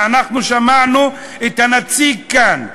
ואנחנו שמענו את הנציג כאן: